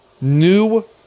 new